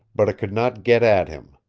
but it could not get at him.